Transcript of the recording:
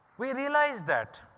we realised that